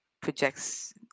projects